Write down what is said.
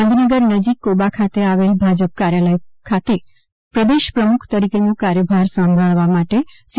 ગાંધીનગર નજીક કોબા ખાતે આવેલા ભાજપ કાર્યાલય ખાતે પ્રદેશ પ્રમુખ તરીકેનો કાર્યભાર સાંભળવા માટે સી